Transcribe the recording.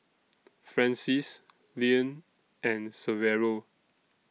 Francies Leann and Severo